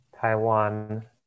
Taiwan